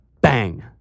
bang